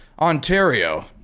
Ontario